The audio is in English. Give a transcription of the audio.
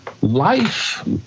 life